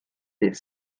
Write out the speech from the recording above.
dydd